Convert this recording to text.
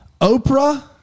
Oprah